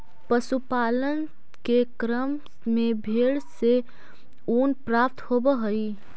पशुपालन के क्रम में भेंड से ऊन प्राप्त होवऽ हई